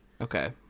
Okay